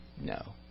No